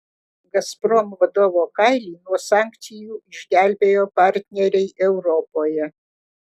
gazprom vadovo kailį nuo sankcijų išgelbėjo partneriai europoje